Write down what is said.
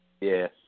Yes